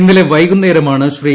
ഇന്നലെ വൈകുന്നേരമാണ് ശ്രീ